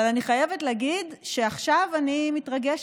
אבל אני חייבת להגיד שעכשיו אני מתרגשת,